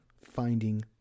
finding